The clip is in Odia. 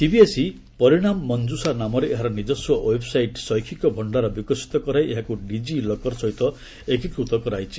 ସିବିଏସ୍ଇ ' ପରିଣାମ୍ ମନ୍ଜୁଶା' ନାମରେ ଏହାର ନିଜସ୍ୱ ଓ୍ୱେବ୍ସାଇଟ୍ ଶୈକ୍ଷିକ ଭଣ୍ଡାର ବିକଶିତ କରାଇ ଏହାକୁ ଡିଜିଲକର୍ ସହିତ ଏକୀକୃତ କରାଇଛି